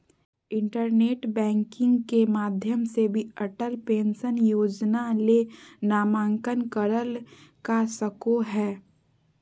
internet banking के माध्यम से भी अटल पेंशन योजना ले नामंकन करल का सको हय